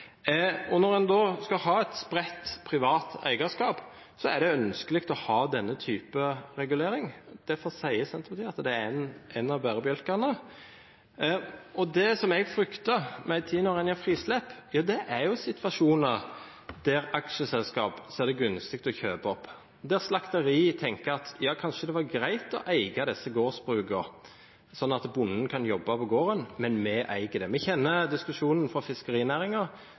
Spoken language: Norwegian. ønskelig å ha denne typen regulering. Derfor sier Senterpartiet at det er en av bærebjelkene. Og det som jeg frykter når en gir frislepp, er jo situasjoner der aksjeselskap ser det gunstig å kjøpe opp, der slakteri tenker at kanskje det var greit å eie disse gårdsbrukene, sånn at bonden kan jobbe på gården, men vi eier det. Vi kjenner diskusjonen